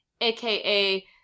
aka